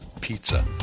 pizza